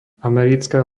americká